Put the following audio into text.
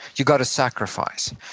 you gotta sacrifice.